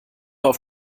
auf